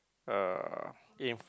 uh in